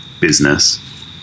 business